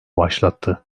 başlattı